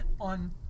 on